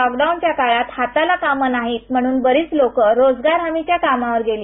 lockdown च्या काळात हाताला काम नाही म्हणून लोक रोजगार हमीच्या कामावर गेली